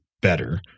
better